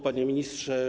Panie Ministrze!